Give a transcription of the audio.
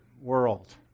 world